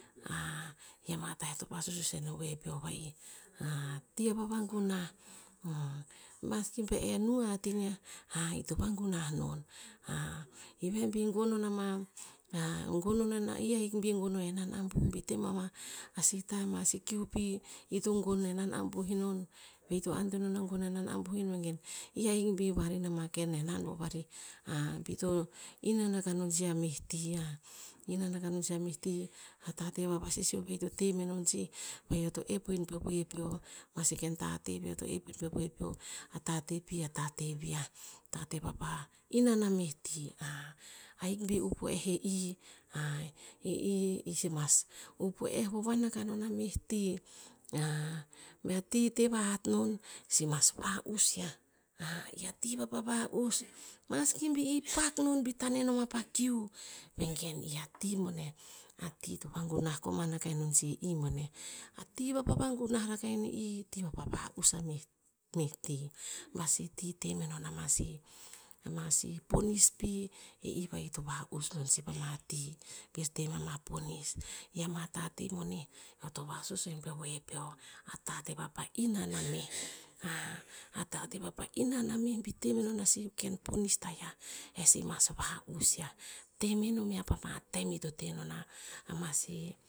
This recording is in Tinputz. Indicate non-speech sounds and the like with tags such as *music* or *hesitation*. I amata eo to vasusuen pe we peo va'i. *hesitation* ti a va vagunah *hesitation* maski be eh nung a hat iniah, *hesitation* ito vagunah non. *hesitation* i veh bi gon ama *hesitation* gon o ama, i ahik bi gon o ana henan ambuh bi teh ama sih tah, sih kiu pi i to gonon henan ambuh enon, i to antoen a gon henan ambuh enon. Vengen i ahik bi wari ma ken henan bo vari, *hesitation* be ito inan akah non sih a meh ti ah, inan akah sih a meh ti. A tateh va vasisio ito teh menon sih va'i eo to ep in pe we peo. Eo pa sue ken tateh veh eo to ep in pe we peo, a tateh pi atateh viah. Tateh vapa inan a meh ti. *hesitation* ahik bi upuhe eh i, *hesitation* eh i- i sih mas upuhe vowoan akah a meh ti. *hesitation* be a ti teh vahat non, i sih mas va'us yia. *hesitation* i a ti vapa va'us maski bi i pak non, bi tane noma pa kiu, vengen i a ti boneh a ti to vagunah koman akah non sih, i boneh. A ti vapa vagunah rakah ineh i, ti vapa va'us o meh- meh ti. Ba sih ti temenon o ama sih- sih ponis. I ama tateh boneh eo to vasusuen pe we peo. A tateh vapa inan a meh, *hesitation* a tateh vapa inan a meh bi temenon a sih, o ken ponis taiah. Eh sih mas va'us ya, te menon ya pa ma tem ito tehnon a ama sih